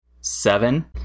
seven